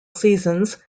seasons